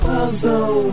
Puzzle